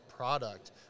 product